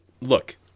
look